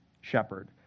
shepherd